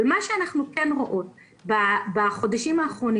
אבל מה שאנחנו כן רואים בחודשים האחרונים